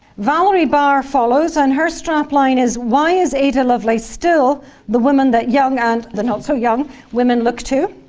valerie barr follows, and her strapline is why is ada lovelace still the woman that young and the not-so-young women look to?